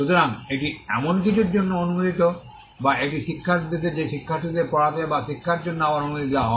সুতরাং এটি এমন কিছুর জন্য অনুমোদিত বা এটি শিক্ষার উদ্দেশ্যে যে শিক্ষার্থীদের পড়াতে বা শিক্ষার জন্য আবার অনুমতি দেওয়া হয়